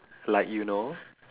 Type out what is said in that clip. like you know